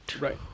right